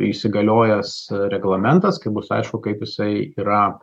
įsigaliojęs reglamentas kai bus aišku kaip jisai yra